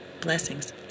Blessings